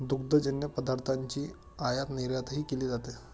दुग्धजन्य पदार्थांची आयातनिर्यातही केली जाते